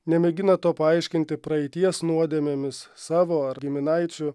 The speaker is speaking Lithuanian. nemėgina to paaiškinti praeities nuodėmėmis savo ar giminaičių